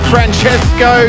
Francesco